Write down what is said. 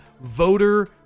Voter